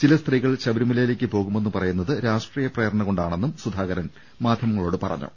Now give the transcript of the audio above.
ചില സ്ത്രീകൾ ശബരിമലയിലേക്ക് പോകുമെന്ന് പറയുന്നത് രാഷ്ട്രീയ പ്രേരണ കൊണ്ടാണെന്നും സുധാകരൻ മാധ്യമങ്ങളോടു പറഞ്ഞു